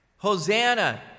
Hosanna